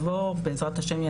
בעזרת השם,